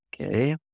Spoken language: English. Okay